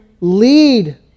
lead